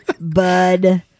Bud